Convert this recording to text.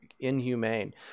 inhumane